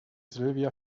silvia